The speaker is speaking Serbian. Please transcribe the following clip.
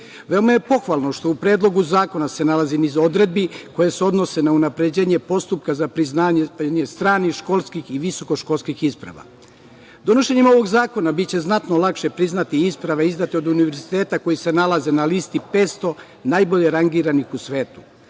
je pohvalno što u predlogu zakona se nalazi niz odredbi koje se odnose na unapređenje postupka za priznanje stranih i školskih i visokoškolskih isprava. Donošenjem ovog zakona biće znatno lakše priznati isprave izdate od univerziteta koji se nalaze na listi 500 najbolje rangiranih u